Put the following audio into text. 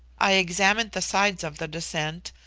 i examined the sides of the descent,